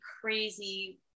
crazy